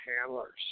handlers